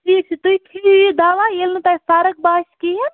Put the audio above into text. ٹھیٖک چھُ تُہی کھیٚیِو یہِ دوا ییٚلہِ نہٕ تۅہہِ فرق باسہِ کِہیٖنٛۍ